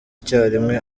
icyarimwe